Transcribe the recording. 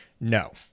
No